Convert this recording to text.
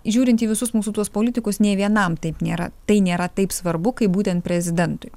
žiūrint į visus mūsų tuos politikus nė vienam taip nėra tai nėra taip svarbu kaip būtent prezidentui